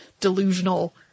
delusional